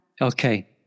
Okay